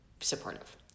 supportive